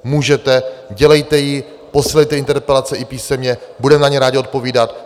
Můžete, dělejte ji, posílejte interpelace i písemně, budeme na ně rádi odpovídat.